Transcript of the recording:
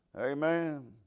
Amen